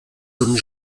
comme